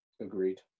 Agreed